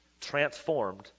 transformed